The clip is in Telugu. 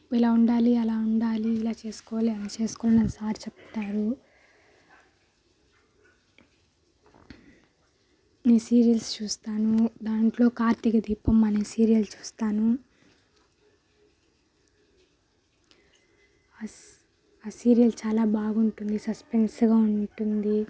ఇలా ఉండాలి అలా ఉండాలి ఇలా చేసుకోవాలి అలా చేసుకోవాలి అని సార్ చెప్తారు నేను సీరియల్స్ చూస్తాను దాంట్లో కార్తీకదీపం అనే సీరియల్ చూస్తాను ఆ సీ ఆ సీరియల్ చాలా బాగుంటుంది సస్పెన్స్గా ఉంటుంది